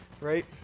right